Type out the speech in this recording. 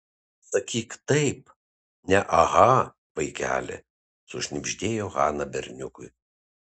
sakyk taip ne aha vaikeli sušnibždėjo hana berniukui